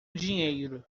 dinheiro